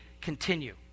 continue